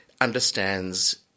understands